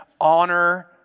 honor